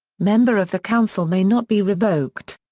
member of the council may not be revoked.